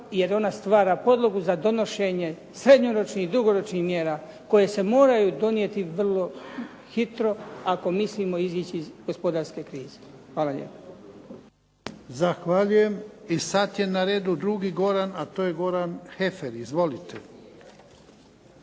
jer ona stvara podlogu za donošenje srednjoročnih i dugoročnih mjera koje se moraju donijeti vrlo hitro, ako mislimo izići iz gospodarske krize. Hvala lijepo. **Jarnjak, Ivan (HDZ)** Zahvaljujem. I sad je na redu drugi Goran, a to je Goran Heffer. Izvolite.